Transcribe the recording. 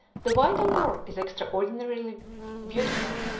the white angora is extraordinarily beautiful,